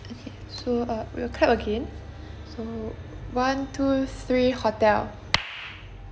okay so uh we'll clap again so one two three hotel